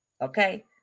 Okay